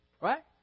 right